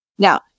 Now